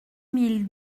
mille